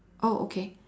oh okay